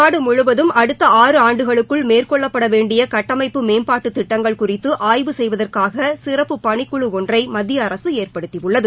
நாடு முழுவதும் அடுத்த ஆறு ஆண்டுகளுக்குள் மேற்கொள்ளப்பட வேண்டிய கட்டமைப்பு மேம்பாட்டுத் திட்டங்கள் குறித்து ஆய்வு செய்வதற்காக சிறப்பு பணிக்குழு ஒன்றை மத்திய அரசு ஏற்படுத்தியுள்ளது